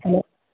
hello